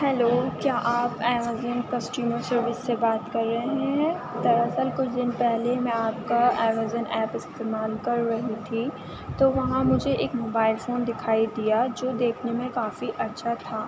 hello کیا آپ Amazon customer service سے بات کر رہے ہیں دراصل کچھ دن پہلے میں آپ کا امیزون ایپ استعمال کر رہی تھی تو وہاں مجھے ایک موبائل فون دکھائی دیا جو دیکھنے میں کافی اچھا تھا